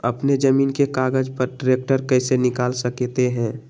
अपने जमीन के कागज पर ट्रैक्टर कैसे निकाल सकते है?